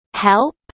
Help